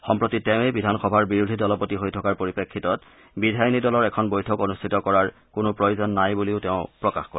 সম্প্ৰতি তেঁৱই বিধানসভাৰ বিৰোধী দলপতি হৈ থকাৰ পৰিপ্ৰেক্ষিতত বিধায়িনী দলৰ এখন বৈঠক অনুষ্ঠিত কৰাৰ কোনো প্ৰয়োজন নাই বুলিও তেওঁ প্ৰকাশ কৰে